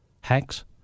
hacks